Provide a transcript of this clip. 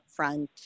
upfront